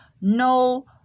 no